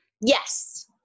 Yes